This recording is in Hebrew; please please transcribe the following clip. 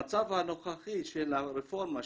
המצב הנוכחי של הרפורמה,